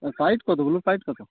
আর পাইট কত বুলু পাইট কত